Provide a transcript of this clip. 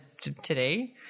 today